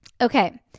Okay